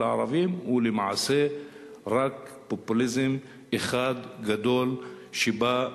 הערבים הם למעשה רק פופוליזם אחד גדול שבא,